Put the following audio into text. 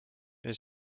est